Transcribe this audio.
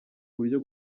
buryo